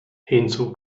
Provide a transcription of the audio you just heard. hinzu